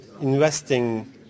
investing